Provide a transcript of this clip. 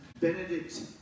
Benedict